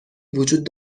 وجود